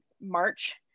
March